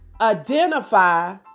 identify